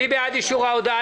מי בעד אישור ההודעה?